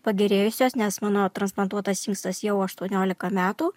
pagerėjusios nes mano transplantuotas inkstas jau aštuoniolika metų